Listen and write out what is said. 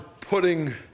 putting